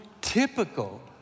typical